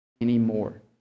anymore